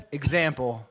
example